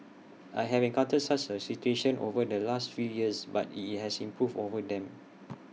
I have encountered such A situation over the last few years but IT it has improved over time